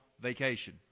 vacation